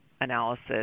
analysis